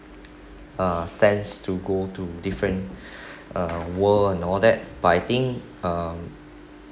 uh sense to go to different uh world and all that but I think um